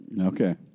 Okay